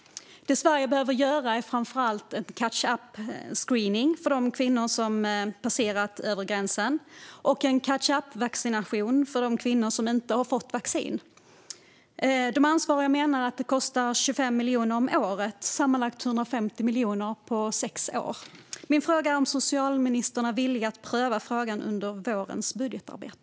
Det Sverige behöver göra är framför allt att införa catch-up-screening för de kvinnor som passerat den övre åldersgränsen och catch-up-vaccination för de kvinnor som inte fått vaccin. De ansvariga menar att detta skulle kosta 25 miljoner om året, sammanlagt 150 miljoner på sex år. Min fråga är om socialministern är villig att pröva frågan under vårens budgetarbete.